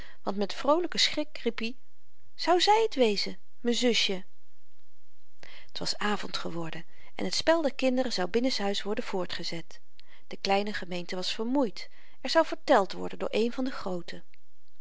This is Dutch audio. want met vroolyken schrik riep hy zou zy t wezen m'n zusje t was avend geworden en het spel der kinderen zou binnens'huis worden voortgezet de kleine gemeente was vermoeid er zou verteld worden door een van de grooten